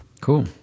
Cool